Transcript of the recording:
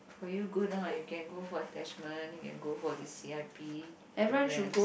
for you good lah you can go for attachment you can go for this C_I_P programs